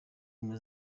ubumwe